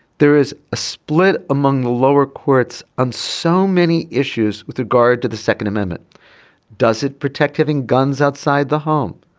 there is a split among the lower courts on so many issues with regard to the second amendment does it protect giving guns outside the home.